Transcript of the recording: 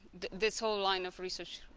this whole line of research.